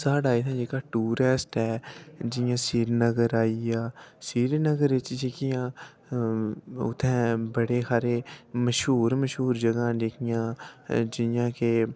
साढ़ा जेह्का टूरैस्ट ऐ जियां सिरीनगर आई गेआ सिरीनगर च जेह्कियां उत्थै बड़े हारे मश्हूर मश्हूर जेह्कियां जगहां न जि'यां के'